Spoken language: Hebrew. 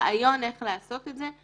גם יש לנו רעיון איך לעשות את זה.